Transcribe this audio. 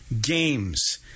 games